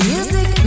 Music